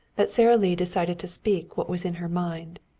that sara lee decided to speak what was in her mind.